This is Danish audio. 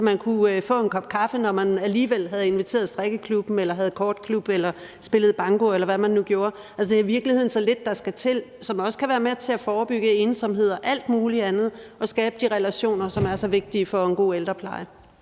så man kunne få en kop kaffe, når man alligevel havde inviteret strikkeklubben eller havde kortklub eller spillede banko, eller hvad man nu gjorde. Altså, det er i virkeligheden så lidt, der skal til, men som også kan være med til at forebygge ensomhed og alt muligt andet og skabe de relationer, som er så vigtige for en god ældrepleje.